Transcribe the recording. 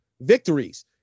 victories